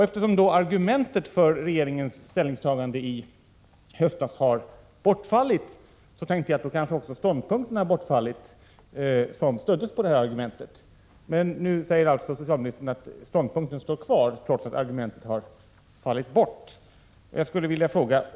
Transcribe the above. Eftersom argumentet för regeringens ställningstagande i höstas har bortfallit, tänkte jag att den ståndpunkt som baserades på detta argument hade uppgivits. Men nu säger 59 alltså socialministern att ståndpunkten står kvar, trots att argumentet har fallit bort.